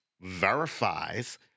verifies